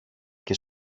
και